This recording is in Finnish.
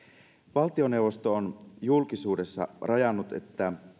valtioneuvosto on julkisuudessa rajannut että